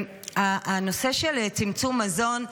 הנושא של צמצום מזון,